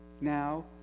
now